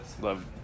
love